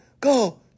Go